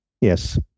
Yes